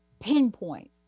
pinpoint